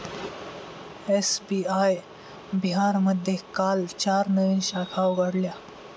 SBI बिहारमध्ये काल चार नवीन शाखा उघडल्या